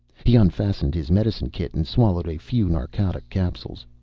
he unfastened his medicine kit and swallowed a few narcotic capsules.